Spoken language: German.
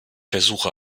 versuche